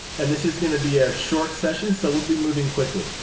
and this is going to be a short session, so we'll be moving quickly.